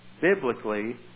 biblically